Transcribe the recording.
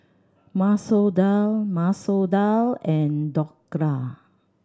Masoor Dal Masoor Dal and Dhokla